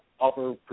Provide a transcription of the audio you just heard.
upper